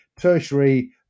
tertiary